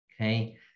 Okay